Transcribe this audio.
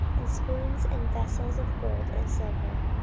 and spoons, and vessels of gold and silver.